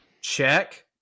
check